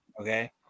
okay